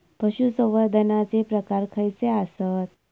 पशुसंवर्धनाचे प्रकार खयचे आसत?